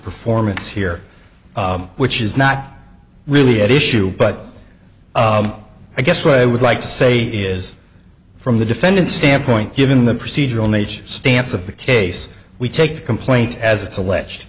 performance here which is not really at issue but i guess what i would like to say is from the defendant's standpoint given the procedural nature stance of the case we take the complaint as it's alleged